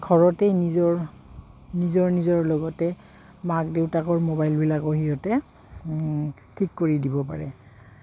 ঘৰতেই নিজৰ নিজৰ নিজৰ লগতে মাক দেউতাকৰ মোবাইলবিলাকো সিহঁতে ঠিক কৰি দিব পাৰে